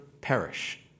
perish